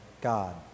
God